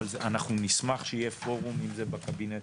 אבל אנחנו נשמח שיהיה פורום אם זה בקבינט,